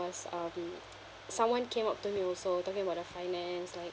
was um someone came up to me also talking about the finance like